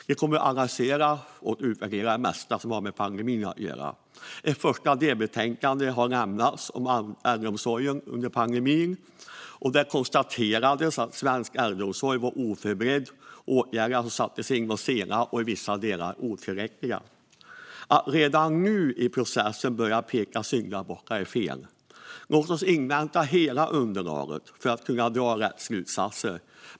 Den kommer att utvärdera och analysera det mesta som har med pandemin att göra. Ett första delbetänkande har lämnats om äldreomsorgen under pandemin. Det konstaterades där att svensk äldreomsorg var oförberedd och att de åtgärder som sattes in var sena och i vissa delar otillräckliga. Att redan nu i processen börja peka ut syndabockar är fel. Låt oss invänta hela underlaget för att kunna dra rätt slutsatser!